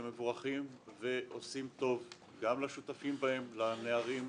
שהם מבורכים ועושים טוב גם לשותפים בהם: לנערים ,